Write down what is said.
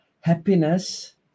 happiness